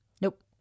Nope